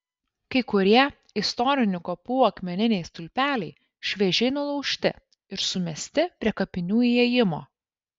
kai kurie istorinių kapų akmeniniai stulpeliai šviežiai nulaužti ir sumesti prie kapinių įėjimo